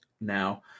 now